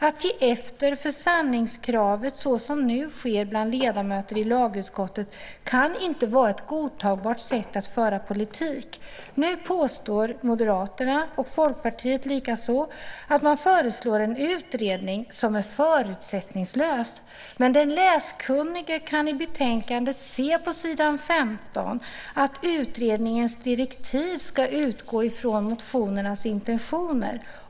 Att ge efter för sanningskravet så som nu sker bland ledamöter i lagutskottet kan inte vara ett godtagbart sätt att föra politik. Nu påstår Moderaterna och likaså Folkpartiet att man föreslår en utredning som är förutsättningslös. Men den läskunnige kan på s. 15 i betänkandet se att utredningens direktiv ska utgå från intentionerna i motionerna.